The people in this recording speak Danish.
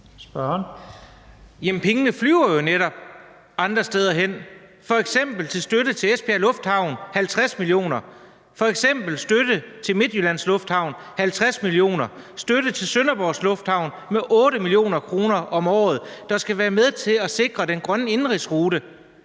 (S): Jamen pengene flyver jo netop andre steder hen, f.eks. til støtte til Esbjerg Airport på 50 mio. kr., støtte til Midtjyllands Lufthavn på 50 mio. kr. og støtte til Sønderborg Lufthavn på 8 mio. kr. om året, og det skal være med til at sikre den grønne indenrigsrute.